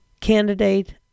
candidate